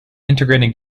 integrating